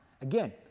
Again